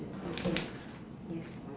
okay yes